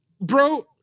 bro